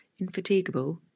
infatigable